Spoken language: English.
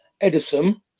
Edison